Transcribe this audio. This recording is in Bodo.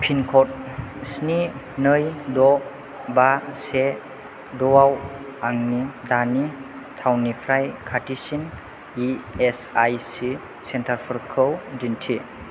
पिनक'ड स्नि नै द' बा से द'आव आंनि दानि टाउननिफ्राय खाथिसिन इएसआइसि सेन्टारफोरखौ दिन्थि